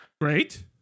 Great